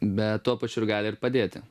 bet tuo pačiu ir gali i padėti